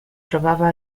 trovava